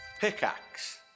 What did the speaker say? Pickaxe